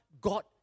God